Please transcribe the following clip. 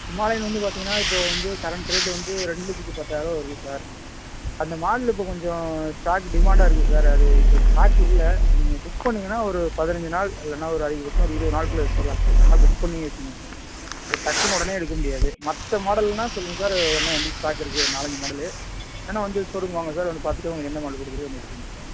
Himalayan வந்து பார்த்தீங்கன்னா இப்போது வந்து கரண்ட் ரேட் வந்து ரெண்டு லட்சத்து பத்தாயிரம் ருபா வருது சார் அந்த மாடலு இப்போ கொஞ்சம் ஸ்டாக்கு டிமாண்டாக இருக்குது சார் அது இப்போ ஸ்டாக் இல்லை நீங்கள் புக் பண்ணிங்கன்னால் ஒரு பதினஞ்சு நாள் இல்லைனா ஒரு அதிகபட்சம் ஒரு இருபது நாள்க்குள்ளே எடுத்துக்கலாம் சார் வேணால் புக் பண்ணி வச்சுக்கங்க சார் இப்போ டக்குனு உடனே எடுக்க முடியாது மற்ற மாடல்னால் சொல்லுங்கள் சார் உடனே வண்டி ஸ்டாக் இருக்குது ஒரு நாலஞ்சு மாடலு வேணால் வந்து ஷோ ரூமுக்கு வாங்க சார் வந்து பார்த்துட்டு உங்களுக்கு என்ன மாடல் பிடிச்சிருக்கோ வந்து எடுத்துக்கங்க சார்